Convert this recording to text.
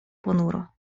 ponuro